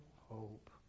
hope